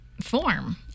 form